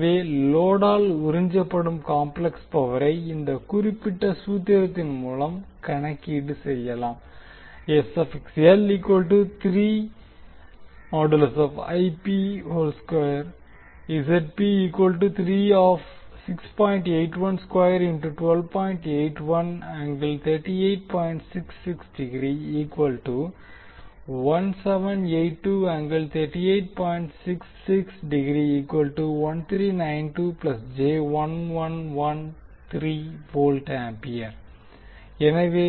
எனவே லோடால் உறிஞ்சப்படும் காம்ப்ளெக்ஸ் பவரை இந்த குறிப்பிட்ட சூத்திரத்தின் மூலம் கணக்கீடு செய்யலாம் எனவே